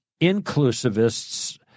inclusivist's